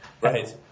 right